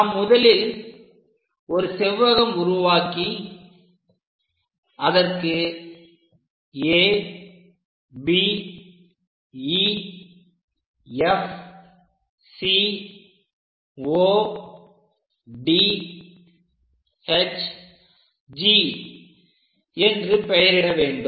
நாம் முதலில் ஒரு செவ்வகம் உருவாக்கி அதற்கு A B E F C O D H G என்று பெயரிட வேண்டும்